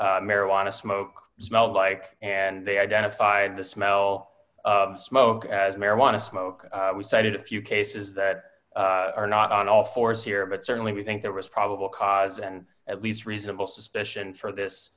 what marijuana smoke smelled like and they identified the smell of smoke as marijuana smoke we cited a few cases that are not on all fours here but certainly we think there was probable cause and at least reasonable suspicion for this